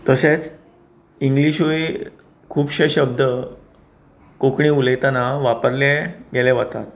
तशेंच इंग्लिशूय खुबशे शब्द कोंकणी उलयतना वापरले गेले वतात